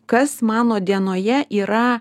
kas mano dienoje yra